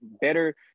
better